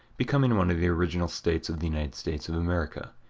becoming one of the original states of the united states of america.